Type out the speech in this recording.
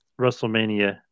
WrestleMania